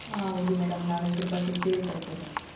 ಹಾಂ ಹೌದು ಮೇಡಮ್ ನಾನು ಇದರ ಬಗ್ಗೆ ಕೆಳಪಟ್ಟೆ ಮೇಡಮ್